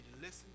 listen